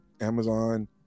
Amazon